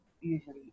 usually